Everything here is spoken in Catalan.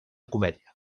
comèdia